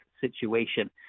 situation